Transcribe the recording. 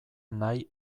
nahi